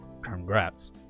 Congrats